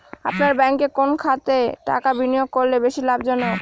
আপনার ব্যাংকে কোন খাতে টাকা বিনিয়োগ করলে বেশি লাভজনক?